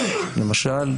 למשל,